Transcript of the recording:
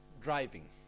driving